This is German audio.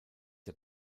der